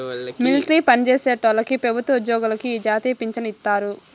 military పన్జేసేటోల్లకి పెబుత్వ ఉజ్జోగులకి ఈ జాతీయ పించను ఇత్తారు